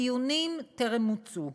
הדיונים טרם מוצו.